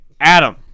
Adam